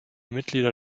mitglieder